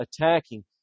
attacking